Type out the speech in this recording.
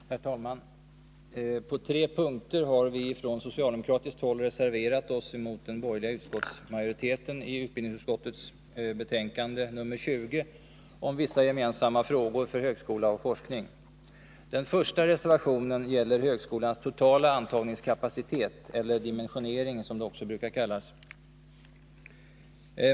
Herr talman! På tre punkter har vi från socialdemokratiskt håll reserverat oss mot den borgerliga utskottsmajoriteten i utbildningsutskottets betänkande nr 20 om vissa gemensamma frågor för högskola och forskning. Den första reservationen gäller högskolans totala antagningskapacitet, eller dimensionering som det också brukar kallas.